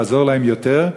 לעזור להם יותר,